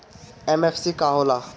MFC का होला?